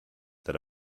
that